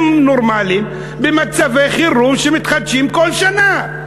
נורמליים במצבי חירום שמתחדשים כל שנה.